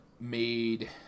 made